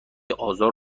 آزار